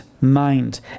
mind